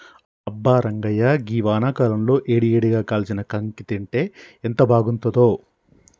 అబ్బా రంగాయ్య గీ వానాకాలంలో ఏడి ఏడిగా కాల్చిన కాంకి తింటే ఎంత బాగుంతుందో